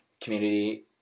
community